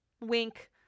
wink